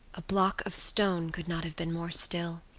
a block of stone could not have been more still.